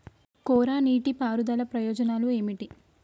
కోరా నీటి పారుదల ప్రయోజనాలు ఏమిటి?